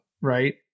right